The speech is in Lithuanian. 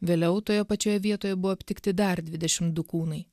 vėliau toje pačioje vietoje buvo aptikti dar dvidešim du kūnai